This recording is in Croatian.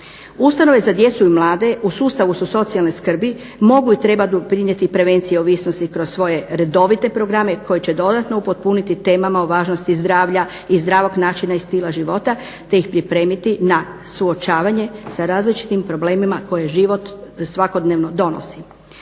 Ustanove za djecu i mlade u sustavu su socijalne skrbi, mogu i trebaju doprinijeti prevenciji ovisnosti kroz svoje redovite programe koje će dodatno upotpuniti temama o važnosti zdravlja i zdravog način i stila života, te ih pripremiti na suočavanje sa različitim problemima koje život svakodnevno donosi.